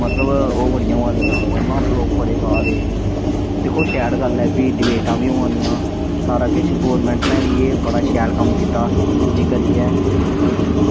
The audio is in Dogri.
मतलब ओह् बड़ियां होआ दियां पोएमां लोक बड़े गा दे दिक्खो शैल गल्ल ऐ एह् बी डिबेटां बी होआ दियां सारा किश एह् गौरमेंट नै बी एह् बड़ा शैल कम्म कीता एह् करियै